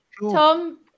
Tom